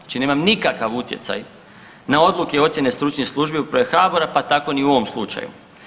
Znači ja nemam nikakav utjecaj na odluke i ocjene stručnih službi uprave HABOR-a, pa tako ni u ovom slučaju.